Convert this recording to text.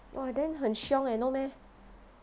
!wah! then 很凶 eh no meh